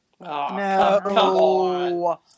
No